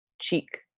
cheek